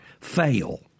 fail